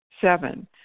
Seven